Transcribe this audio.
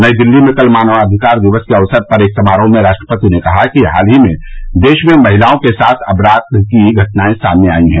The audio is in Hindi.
नई दिल्ली में कल मानवाधिकार दिवस के अवसर पर एक समारोह में राष्ट्रपति ने कहा कि हाल ही में देश में महिलाओं के साथ अपराध की घटनाएं सामने आई हैं